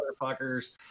motherfuckers